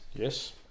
Yes